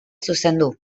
zuzendu